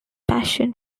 passion